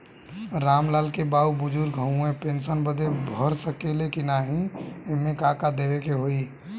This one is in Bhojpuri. राम लाल के बाऊ बुजुर्ग ह ऊ पेंशन बदे भर सके ले की नाही एमे का का देवे के होई?